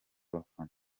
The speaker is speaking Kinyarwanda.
abafana